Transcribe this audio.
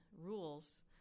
rules